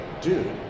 Dude